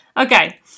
okay